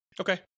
okay